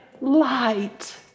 light